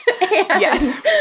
Yes